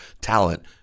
talent